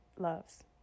loves